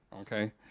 okay